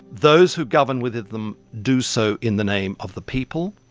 those who govern within them do so in the name of the people.